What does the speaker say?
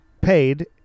paid